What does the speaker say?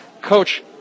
Coach